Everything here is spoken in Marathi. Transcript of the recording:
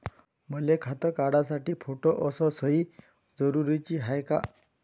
मले खातं काढासाठी फोटो अस सयी जरुरीची हाय का?